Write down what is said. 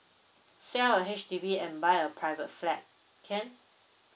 sell a H_D_B and buy a private flat can